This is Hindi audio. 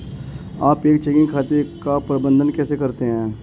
आप एक चेकिंग खाते का प्रबंधन कैसे करते हैं?